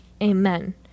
amen